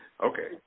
Okay